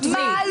מספיק.